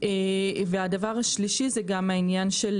והדבר השלישי זה גם העניין של